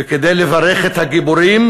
וכדי לברך את הגיבורים,